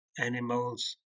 animals